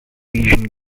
vision